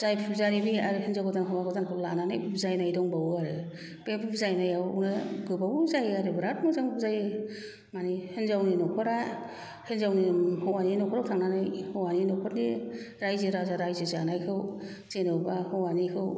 जाय फुजारि आरो हिन्जाव गोदान हौवा गोदानखौ लानानै बुजायनाय दंबावो आरो बे बुजायनायावनो गोबाव जायो आरो बेराद मोजां बुजायो मानि हिन्जावनि न'खरा हौवानि न'खराव थांनानै हौवानि न'खरनि रायजो राजा रायजो जानायखौ जेन'बा हौवानिखौ